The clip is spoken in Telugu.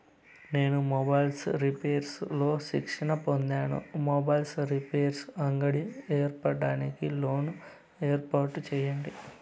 నేను మొబైల్స్ రిపైర్స్ లో శిక్షణ పొందాను, మొబైల్ రిపైర్స్ అంగడి ఏర్పాటుకు లోను ఏర్పాటు సేయండి?